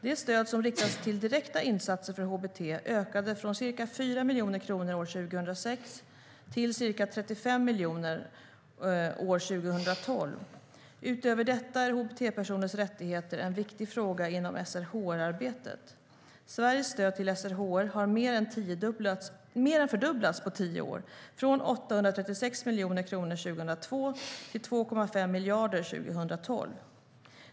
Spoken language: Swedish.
Det stöd som riktas till direkta insatser för hbt ökade från ca 4 miljoner kronor år 2006 till ca 35 miljoner kronor år 2012. Utöver detta är hbt-personers rättigheter en viktig fråga inom SRHR-arbetet. Sveriges stöd till SRHR har mer än fördubblats på tio år, från 836 miljoner 2002 till 2,5 miljarder 2012.